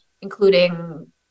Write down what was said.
including